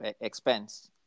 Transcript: expense